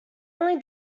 only